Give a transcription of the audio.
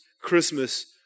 Christmas